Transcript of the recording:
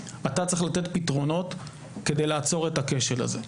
אתה צריך לתת פתרונות כדי לעצור את הכשל הזה.